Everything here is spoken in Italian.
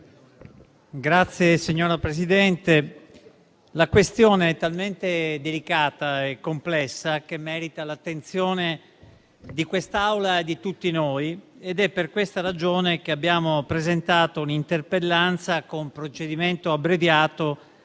Signora Presidente, la questione è talmente delicata e complessa che merita l'attenzione dell'Assemblea e di tutti noi ed è per questa ragione che abbiamo presentato un'interpellanza con procedimento abbreviato,